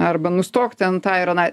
arba nustok ten tą ir aną